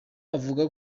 avuga